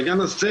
בעניין הזה,